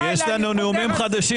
האם ניתן להקים את הקרן ולהתחיל לגבות?